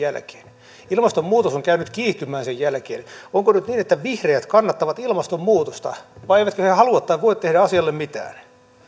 jälkeen ilmastonmuutos on käynyt kiihtymään sen jälkeen onko nyt niin että vihreät kannattavat ilmastonmuutosta vai eivätkö he halua tai voi tehdä asialle mitään